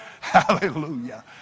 Hallelujah